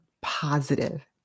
positive